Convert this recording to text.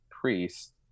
priest